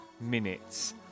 minutes